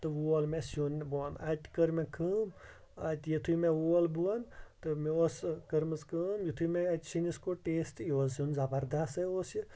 تہٕ وول مےٚ سیُن بۄن اَتہِ کٔر مےٚ کٲم اَتہِ یِتھُے مےٚ وول بۄن تہٕ مےٚ اوس کٔرمٕژ کٲم یِتھُے مےٚ اَتہِ سِنِس کوٚر ٹیسٹ یہِ اوس سیُن زَبَردَس ہے اوس یہِ